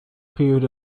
period